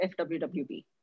FWWB